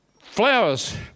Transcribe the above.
Flowers